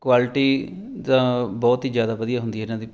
quality ਤਾਂ ਬਹੁਤ ਹੀ ਜ਼ਿਆਦਾ ਵਧੀਆ ਹੁੰਦੀ ਇਹਨਾਂ ਦੀ